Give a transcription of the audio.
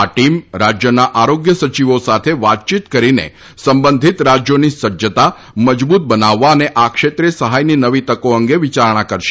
આ ટીમ રાજ્યના આરોગ્ય સચિવો સાથે વાતયીત કરીને સંબંધીત રાજ્યોની સજ્જતા મજબૂત બનાવવા અને આ ક્ષેત્રે સહાયની નવી તકો અંગે વિચારણ કરશે